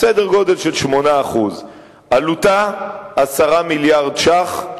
סדר גודל של 8%. עלותה 10 מיליארדי ש"ח,